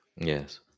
Yes